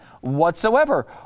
whatsoever